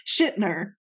Shitner